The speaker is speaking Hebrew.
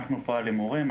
אנחנו פה על הימורים,